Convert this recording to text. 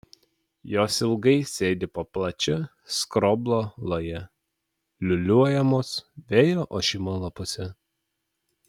jos ilgai sėdi po plačia skroblo laja liūliuojamos vėjo ošimo lapuose